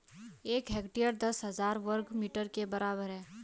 एक हेक्टेयर दस हजार वर्ग मीटर के बराबर है